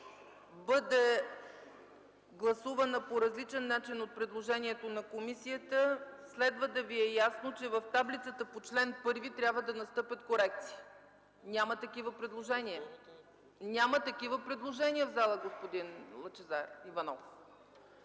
бъде гласувана по различен начин от предложението на комисията, следва да Ви е ясно, че в таблицата по чл. 1 трябва да настъпят корекции. Няма такива предложения в залата, господин Иванов.